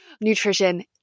nutrition